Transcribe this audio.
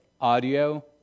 audio